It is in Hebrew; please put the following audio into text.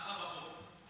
אחלה בחור.